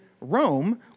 Rome